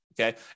Okay